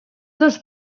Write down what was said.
dos